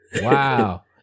Wow